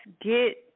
get